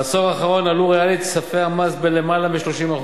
בעשור האחרון עלו ריאלית ספי המס בלמעלה מ-30%.